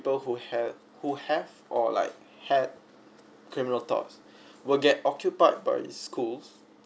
people who had who have or like had criminal thoughts will get occupied by schools